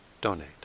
donate